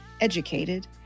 educated